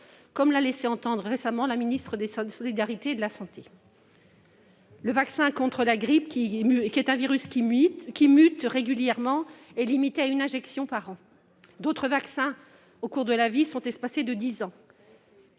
comme l'a laissé entendre récemment le ministre des solidarités et de la santé. Le vaccin contre la grippe, virus qui mute régulièrement, est limité à une injection par an. D'autres vaccins nécessitent des rappels espacés de dix ans.